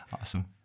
Awesome